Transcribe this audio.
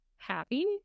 happy